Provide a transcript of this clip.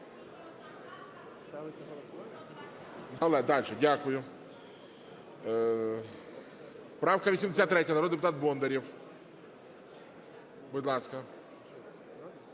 да? Дякую. Правка 83, народний депутат Бондарєв. Будь ласка.